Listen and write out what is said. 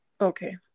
okay